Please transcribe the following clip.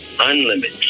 unlimited